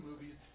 movies